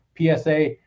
PSA